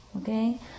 Okay